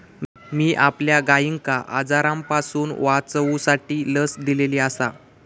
मी आपल्या गायिंका आजारांपासून वाचवूसाठी लस दिलेली आसा